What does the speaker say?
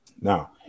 Now